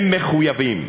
הם מחויבים.